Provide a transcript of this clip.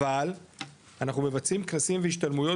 אבל אנחנו מבצעים כנסים והשתלמויות,